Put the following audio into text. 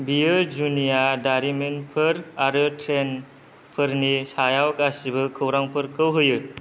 बेयो जुनिया दारिमिनफोर आरो ट्रेन्डफोरनि सायाव गासिबो खौरांफोरखौ होयो